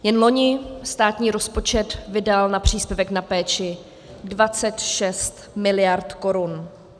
Jen loni státní rozpočet vydal na příspěvek na péči 26 mld. korun.